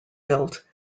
built